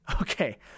Okay